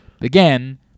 Again